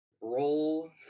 Roll